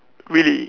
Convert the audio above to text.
really